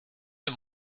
der